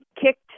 kicked